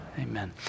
Amen